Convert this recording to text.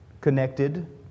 connected